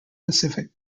pacific